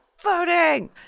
voting